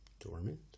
Dormant